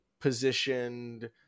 positioned